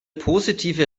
positive